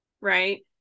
right